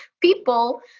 people